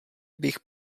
bych